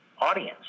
audience